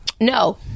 No